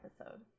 episode